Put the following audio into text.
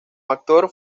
actor